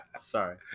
Sorry